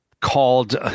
called